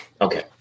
Okay